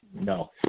no